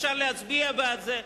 אפשר להצביע בעד זה.